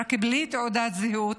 רק בלי תעודת זהות,